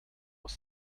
was